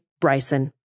Bryson